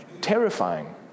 terrifying